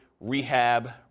rehab